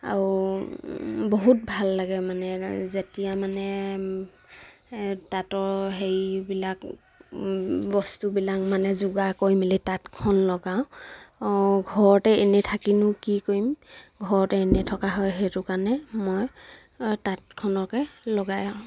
আৰু বহুত ভাল লাগে মানে যেতিয়া মানে তাঁতৰ হেৰিবিলাক বস্তুবিলাক মানে যোগাৰ কৰি মেলি তাঁতখন লগাওঁ ঘৰতে এনে থাকিনো কি কৰিম ঘৰতে এনে থকা হয় সেইটো কাৰণে মই তাঁতখনকে লগাওঁ আৰু